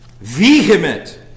vehement